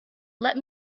let